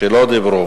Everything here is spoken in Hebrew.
שלא דיברו,